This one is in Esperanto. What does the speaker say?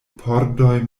pordoj